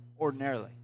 ordinarily